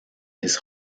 his